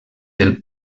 del